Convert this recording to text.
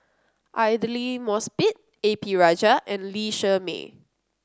Aidli Mosbit A P Rajah and Lee Shermay